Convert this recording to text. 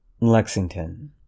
Lexington